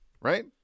Right